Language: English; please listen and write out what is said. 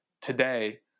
today